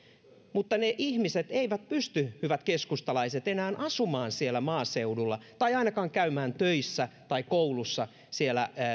mutta ne ihmiset eivät pysty hyvät keskustalaiset enää asumaan siellä maaseudulla tai ainakaan käymään töissä tai koulussa siellä